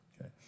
Okay